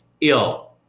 ill